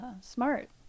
smart